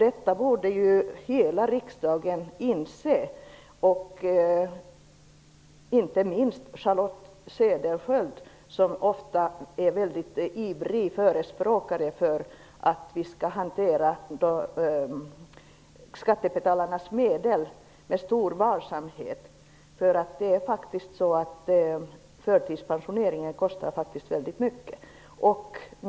Detta borde hela riksdagen inse, inte minst Charlotte Cederschiöld, som ofta är en mycket ivrig förespråkare för att vi skall hantera skattebetalarnas medel med stor varsamhet. Förtidspensioneringen kostar faktiskt väldigt mycket pengar.